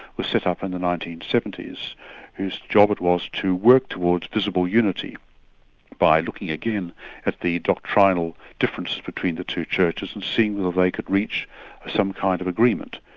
was set up in the nineteen seventy s whose job it was to work towards visible unity by looking again at the doctrinal differences between the two churches and seeing whether they could reach some kind of agreement,